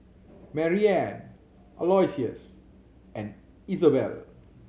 Maryanne Aloysius and Isobel